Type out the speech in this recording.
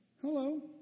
Hello